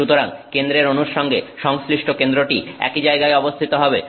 সুতরাং কেন্দ্রের অনুর সঙ্গে সংশ্লিষ্ট কেন্দ্রটি একই জায়গায় অবস্থিত হবে